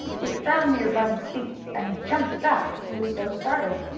it fell near bunny's feet, and he jumped back, he was so startled.